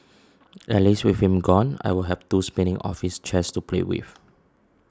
at least with him gone I'll have two spinning office chairs to play with